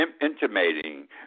intimating